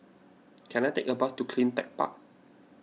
can I take a bus to CleanTech Park